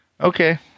Okay